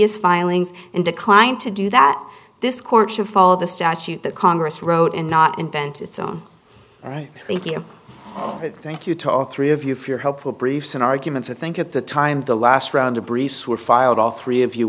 is filings and declined to do that this court should follow the statute that congress wrote and not invent its own right thank you thank you to all three of you for your helpful briefs and arguments i think at the time the last round of briefs were filed all three of you